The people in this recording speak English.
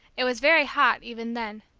it was very hot even then.